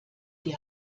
die